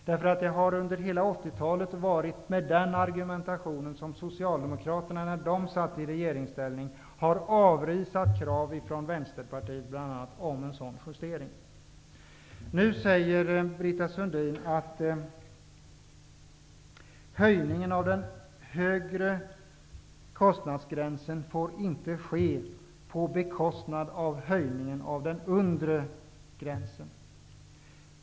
Det har nämligen under hela 80-talet varit med den argumentationen som Socialdemokraterna när de satt i regeringsställning har avvisat krav från bl.a. Vänsterpartiet om en sådan justering. Nu säger Britta Sundin att höjningen av den högre kostnadsgränsen inte får ske på bekostnad av en höjning av den undre gränsen.